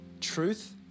Truth